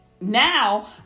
now